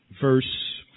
Verse